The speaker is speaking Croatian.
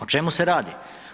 O čemu se radi?